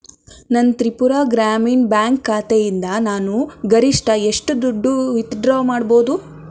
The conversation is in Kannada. ನನ್ನ ತ್ರಿಪುರ ಗ್ರಾಮೀಣ್ ಬ್ಯಾಂಕ್ ಖಾತೆಯಿಂದ ನಾನು ಗರಿಷ್ಠ ಎಷ್ಟು ದುಡ್ಡು ವಿತ್ಡ್ರಾ ಮಾಡ್ಬೋದು